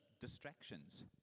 distractions